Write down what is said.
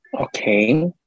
Okay